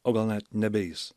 o gal net nebe jis